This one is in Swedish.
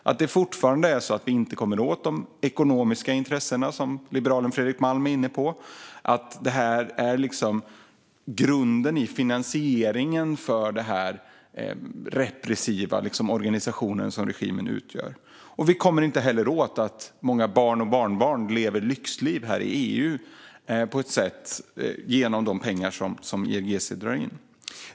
Vi kommer fortfarande inte åt de ekonomiska intressena, som liberalen Fredrik Malm är inne på, alltså grunden för finansieringen av den repressiva organisation som regimen utgör. Vi kommer inte åt att många barn och barnbarn lever lyxliv i EU genom de pengar IRGC drar in.